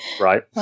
Right